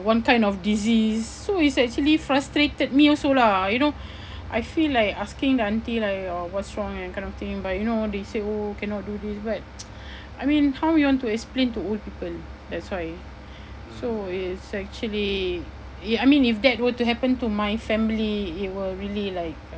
one kind of disease so it's actually frustrated me also lah you know I feel like asking the auntie like uh what's wrong that kind of thing but you know they said oh cannot do this but I mean how you want to explain to old people that's why so it's actually ya I mean if that were to happen to my family it will really like